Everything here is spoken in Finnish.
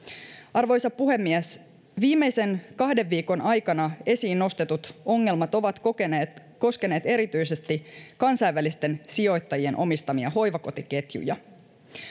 arvoisa puhemies viimeisen kahden viikon aikana esiin nostetut ongelmat ovat koskeneet erityisesti kansainvälisten sijoittajien omistamia hoivakotiketjuja